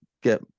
get